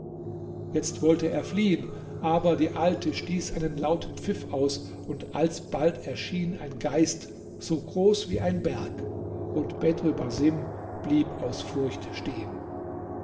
jetzt wollte er fliehen aber die alte stieß einen lauten pfiff aus und alsbald erschien ein geist so groß wie ein berg und bedr basim blieb aus furcht stehen